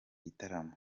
gitaramo